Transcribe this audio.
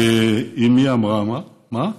ואימי אמרה: מה?